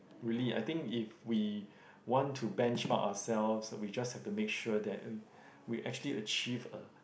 really I think if we want to benchmark ourselves we just have to make sure that we actually achieve a